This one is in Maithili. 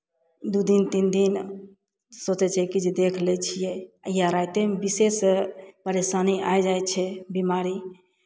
दू दिन तीन दिन सोचै छै जेकि देख लैत छियै या रातिएमे विशेष परेशानी आबि जाइ छै बिमारी